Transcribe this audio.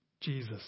Jesus